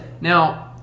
now